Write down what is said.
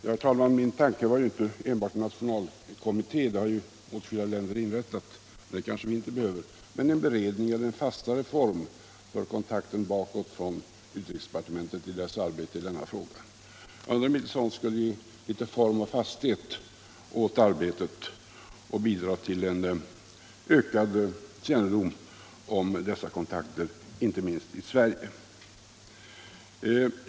Herr talman! Min tanke var inte att det enbart skulle vara en nationalkommitté — sådana har åtskilliga länder inrättat, men det kanske inte vi behöver göra — utan någon beredning eller fastare form för kontakter bakåt för utrikesdepartementet i dess arbete i denna fråga. Jag undrar om inte sådant skulle ge litet form och fasthet åt arbetet och bidra till en ökad kännedom om detsamma inte minst i Sverige.